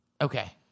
Okay